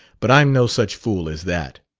but i'm no such fool as that.